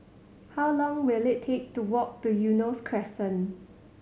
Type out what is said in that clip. how long will it take to walk to Eunos Crescent